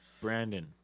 Brandon